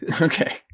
Okay